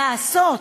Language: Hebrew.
לעשות,